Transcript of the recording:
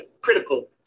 critical